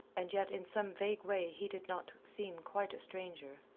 and yet in some vague way he did not seem quite a stranger.